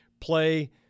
play